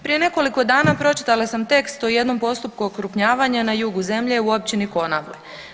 Prije nekoliko dana pročitala sam tekst o jednom postupku okrupnjavanja na jugu zemlje u općini Konavle.